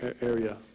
area